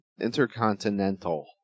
Intercontinental